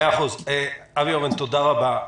אבי אורן, תודה רבה.